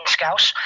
Scouse